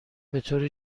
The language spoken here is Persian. بطور